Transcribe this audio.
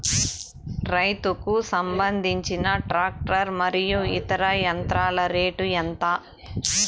రైతుకు సంబంధించిన టాక్టర్ మరియు ఇతర యంత్రాల రేటు ఎంత?